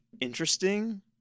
interesting